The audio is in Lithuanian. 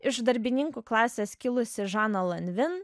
iš darbininkų klasės kilusi žana lanvin